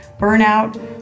burnout